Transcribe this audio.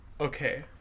Okay